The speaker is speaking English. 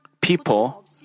people